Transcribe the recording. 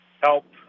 help